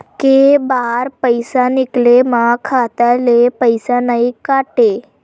के बार पईसा निकले मा खाता ले पईसा नई काटे?